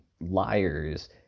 liars